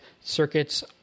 circuits